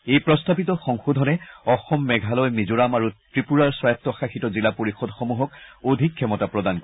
এই প্ৰস্তাৱিত সংশোধনে অসম মেঘালয় মিজোৰাম আৰু ত্ৰিপুৰাৰ স্বায়ত্ত শাসিত জিলা পৰিষদসমূহক অধিক ক্ষমতা প্ৰদান কৰিব